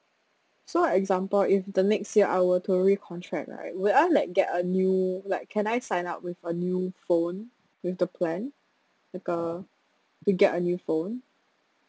so example if the next year I were to recontract right will I like get a new like can I sign up with a new phone with the plan like uh to get a new phone